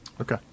Okay